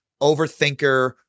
overthinker